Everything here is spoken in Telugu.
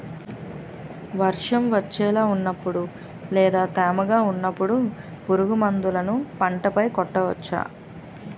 వర్షం వచ్చేలా వున్నపుడు లేదా తేమగా వున్నపుడు పురుగు మందులను పంట పై కొట్టవచ్చ?